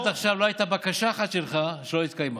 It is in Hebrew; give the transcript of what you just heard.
עד עכשיו לא הייתה בקשה אחת שלך שלא התקיימה.